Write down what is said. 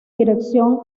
dirección